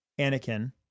Anakin